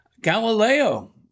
Galileo